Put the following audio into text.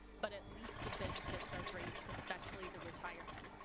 but at least the benefits are great, especially the retirement.